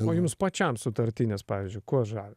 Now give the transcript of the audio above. o jums pačiam sutartinės pavyzdžiui kuo žavi